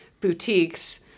boutiques